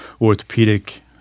orthopedic